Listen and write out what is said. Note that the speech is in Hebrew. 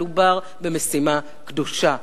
מדובר במשימה קדושה,